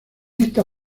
esta